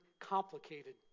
complicated